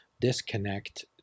disconnect